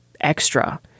extra